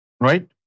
Right